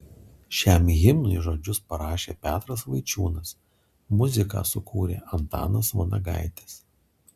šiam himnui žodžius parašė petras vaičiūnas muziką sukūrė antanas vanagaitis